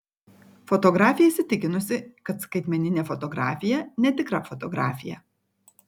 fotografė įsitikinusi kad skaitmeninė fotografija netikra fotografija